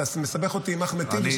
אתה מסבך אותי עם אחמד טיבי,